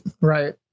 Right